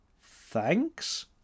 Thanks